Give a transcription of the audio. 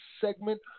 segment